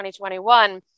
2021